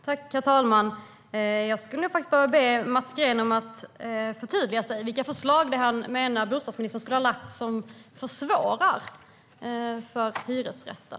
Herr talman! Jag vill be Mats Green att förtydliga sig om vilka förslag han menar att bostadsministern har lagt fram som försvårar för hyresrätten.